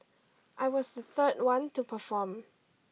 I was the third one to perform